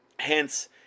Hence